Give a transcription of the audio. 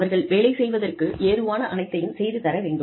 அவர்கள் வேலை செய்வதற்கு ஏதுவான அனைத்தையும் செய்து தர வேண்டும்